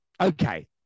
Okay